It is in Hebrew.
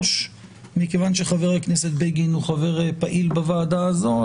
מכיוון שחבר הכנסת בגין הוא חבר פעיל בוועדה הזו,